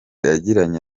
yagiranye